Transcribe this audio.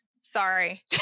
sorry